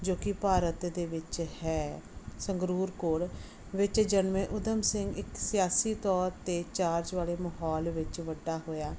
ਜੋ ਕਿ ਭਾਰਤ ਦੇ ਵਿੱਚ ਹੈ ਸੰਗਰੂਰ ਕੋਲ ਵਿੱਚ ਜਨਮੇ ਊਧਮ ਸਿੰਘ ਇੱਕ ਸਿਆਸੀ ਤੌਰ 'ਤੇ ਚਾਰਜ ਵਾਲੇ ਮਾਹੌਲ ਵਿੱਚ ਵੱਡਾ ਹੋਇਆ